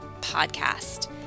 podcast